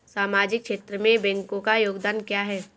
सामाजिक क्षेत्र में बैंकों का योगदान क्या है?